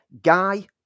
Guy